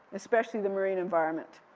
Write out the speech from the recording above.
especially the marine environment.